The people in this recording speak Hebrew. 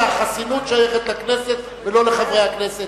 שהחסינות שייכת לכנסת ולא לחברי הכנסת,